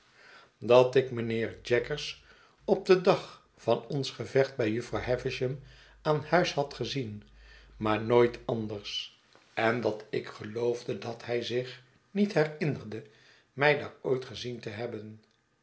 dat ik mijnheer jaggers op den dag van ons gevecht bij jufvrouw havisham aan huis had gezien maar nooit anders en dat ik geloofde dat hij zich niet herinnerde mij daar ooit gezien te hebben